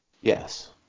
Yes